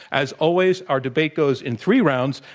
as always, our debate goes in three rounds.